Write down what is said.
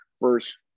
first